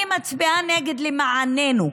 אני מצביעה נגד למעננו,